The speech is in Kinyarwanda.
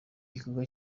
gikorwa